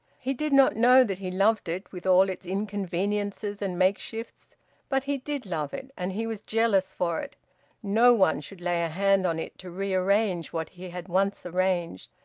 he did not know that he loved it, with all its inconveniences and makeshifts but he did love it, and he was jealous for it no one should lay a hand on it to rearrange what he had once arranged.